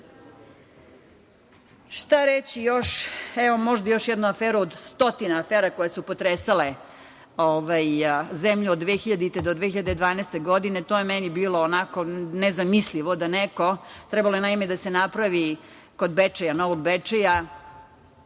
se. Šta reći još? Možda još jednu aferu od stotina afera koje su potresale zemlju od 2000. do 2012. godine. To je meni bilo onako nezamislivo da neko… Trebalo je naime da se napravi kod Novog Bečeja